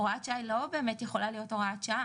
הוראת שעה היא לא באמת יכולה להיות הוראת שעה.